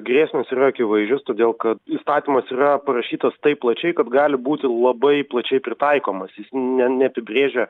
grėsmės yra akivaizdžios todėl kad įstatymas yra parašytas taip plačiai kad gali būti labai plačiai pritaikomas jis ne neapibrėžia